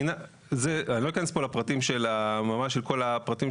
אני לא אכנס כאן לכל הפרטים ממש של החוק